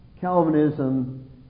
Calvinism